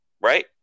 right